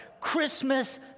Christmas